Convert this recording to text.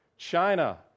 China